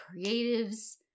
creatives